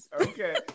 Okay